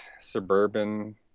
suburban